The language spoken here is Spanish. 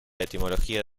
etimología